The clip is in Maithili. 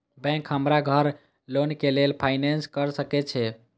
बैंक हमरा घर लोन के लेल फाईनांस कर सके छे?